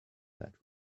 that